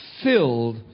filled